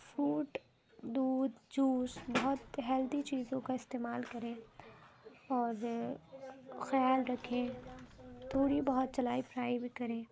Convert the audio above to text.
food دودھ juice بہت healthy چیزوں کا استعمال کریں اور خیال رکھیں تھوڑی بہت چلائی فرائی بھی کریں